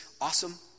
awesome